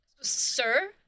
sir